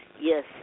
Yes